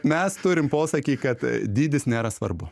mes turim posakį kad dydis nėra svarbu